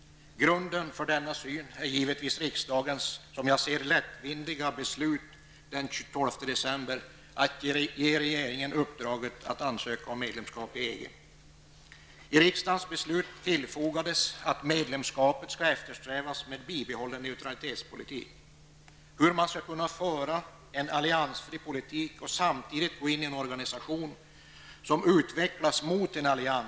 Grunden för denna syn är givetvis riksdagens, som jag ser saken, lättvindiga beslut från den 12 december om att ge regeringen i uppdrag att ansöka om medlemskap i EG. Till riksdagens beslut fogades att medlemskapet skall eftersträvas med bibehållen neutralitetspolitik. Men hur går det att föra en alliansfri politik samtidigt som man går in i en organisation som utvecklas mot en allians?